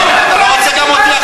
לא, השר יכול.